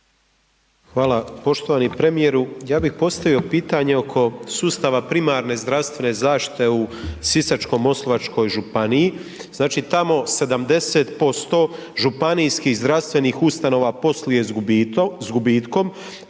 Hvala. Poštovani premijeru, ja bih postavio pitanje oko sustava primarne zdravstvene zaštite u Sisačko-moslavačkoj županiji, znači tamo 70% županijskih zdravstvenih ustanova posluje s gubitkom,